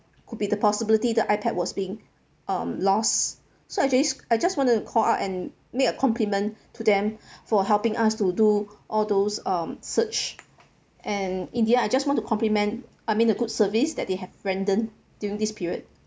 could be the possibility the ipad was being um lost so actually I just wanted to call up and make a compliment to them for helping us to do all those um search and in the end I just want to compliment I mean a good service that they have rendered during this period